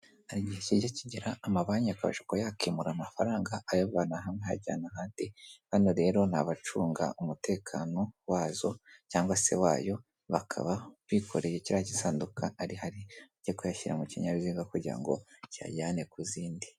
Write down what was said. Hari igihe kijya kigera amabanki a akabasha kuba yakwimura amafaranga akayavana hamwe ayajyana ahandi. Hano rero ni abacunga umutekano wazo cyangwag se wayo, bakaba bikoreye kiriya gisanduka arihari kuyashyira mu kinyabiziga kugira ngo kiyajyane ku zindi.